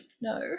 No